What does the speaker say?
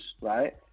right